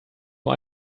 nur